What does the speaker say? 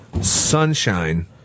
Sunshine